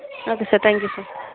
okay sir thank you sir